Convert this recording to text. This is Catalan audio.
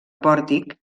pòrtic